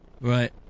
Right